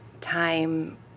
time